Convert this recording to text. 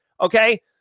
okay